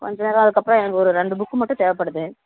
கொஞ்சம் இதான் அதற்கப்பறம் எனக்கு ஒரு ரெண்டு புக்கு மட்டும் தேவைப்படுது